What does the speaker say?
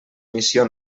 missió